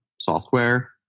software